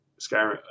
Skyrim